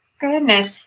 Goodness